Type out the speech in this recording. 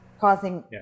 causing